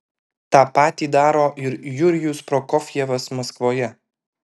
tą patį daro ir jurijus prokofjevas maskvoje